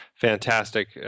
fantastic